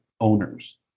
owners